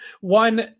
One